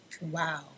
Wow